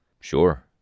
Sure